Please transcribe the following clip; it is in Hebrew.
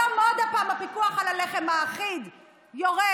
היום עוד פעם הפיקוח על הלחם האחיד יורד.